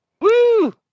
woo